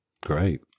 Great